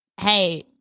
hey